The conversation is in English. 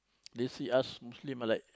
they see us Muslim are like